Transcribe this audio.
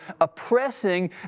oppressing